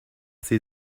sie